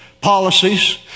policies